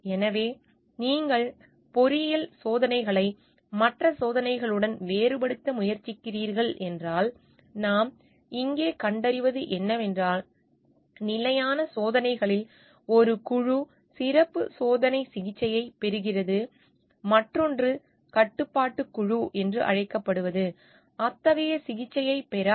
எனவே நீங்கள் பொறியியல் சோதனைகளை மற்ற சோதனைகளுடன் வேறுபடுத்த முயற்சிக்கிறீர்கள் என்றால் நாம் இங்கே கண்டறிவது என்னவென்றால் நிலையான சோதனைகளில் ஒரு குழு சிறப்பு சோதனை சிகிச்சையைப் பெறுகிறது மற்றொன்று கட்டுப்பாட்டுக் குழு என்று அழைக்கப்படுவது அத்தகைய சிகிச்சையைப் பெறாது